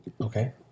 okay